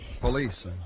Police